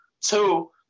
Two